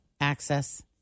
access